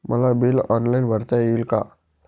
मला bill online भरता येईल का?